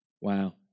Wow